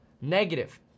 negative